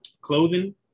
Clothing